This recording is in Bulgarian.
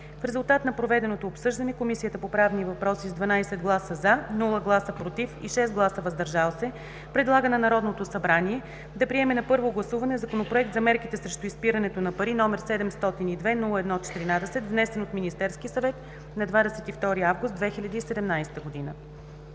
В резултат на проведеното обсъждане, Комисията по правни въпроси с 12 гласа „за“, без „против“ и 6 гласа „въздържали се“ предлага на Народното събрание да приеме на първо гласуване Законопроект за мерките срещу изпирането на пари, № 702-01-14, внесен от Министерския съвет на 22 август 2017 г.“